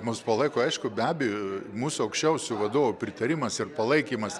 mus palaiko aišku be abejo mūsų aukščiausių vadovų pritarimas ir palaikymas